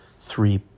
three